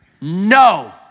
no